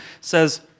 says